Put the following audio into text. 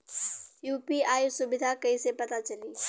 UPI सुबिधा कइसे पता चली?